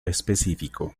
específico